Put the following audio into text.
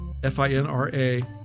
FINRA